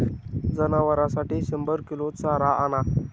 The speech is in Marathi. जनावरांसाठी शंभर किलो चारा आणा